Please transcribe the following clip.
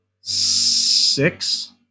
six